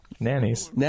Nannies